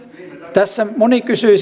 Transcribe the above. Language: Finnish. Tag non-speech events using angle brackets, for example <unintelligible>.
tässä moni kysyi <unintelligible>